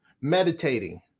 meditating